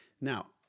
Now